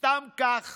סתם כך